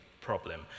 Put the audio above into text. problem